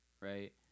right